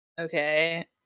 Okay